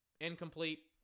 incomplete